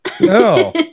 no